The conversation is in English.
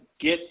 get